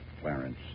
Clarence